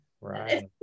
right